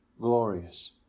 glorious